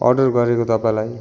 order गरेको तपाईँलाई